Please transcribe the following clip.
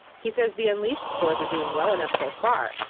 he says the unleashed stores are doing well enough so far,